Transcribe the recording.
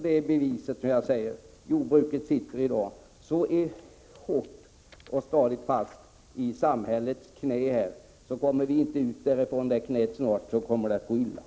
Det är beviset när jag säger: Jordbruket sitter i dag stadigt i samhällets knä, och om jordbruket inte snart kommer upp ur det knät kommer det att gå illa.